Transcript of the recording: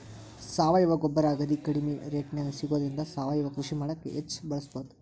ಸಾವಯವ ಗೊಬ್ಬರ ಅಗದಿ ಕಡಿಮೆ ರೇಟ್ನ್ಯಾಗ ಸಿಗೋದ್ರಿಂದ ಸಾವಯವ ಕೃಷಿ ಮಾಡಾಕ ಹೆಚ್ಚ್ ಬಳಸಬಹುದು